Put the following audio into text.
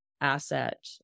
asset